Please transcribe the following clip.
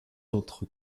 autres